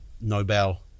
Nobel